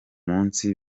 munsi